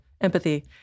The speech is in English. empathy